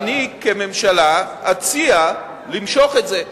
אני כממשלה אציע למשוך את זה.